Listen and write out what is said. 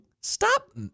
stop